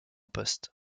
poste